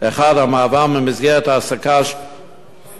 המעבר ממסגרת העסקה שעתית,